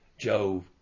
Joe